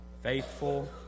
Faithful